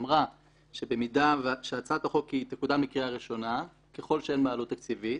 שאמרה שהצעת החוק תקודם לקריאה ראשונה ככל שאין בה עלות תקציבית,